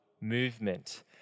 movement